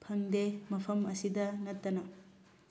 ꯐꯪꯗꯦ ꯃꯐꯝ ꯑꯁꯤꯗ ꯅꯠꯇꯅ